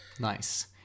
Nice